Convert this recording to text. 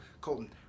Colton